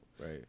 right